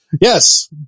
Yes